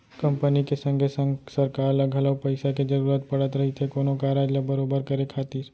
company के संगे संग सरकार ल घलौ पइसा के जरूरत पड़त रहिथे कोनो कारज ल बरोबर करे खातिर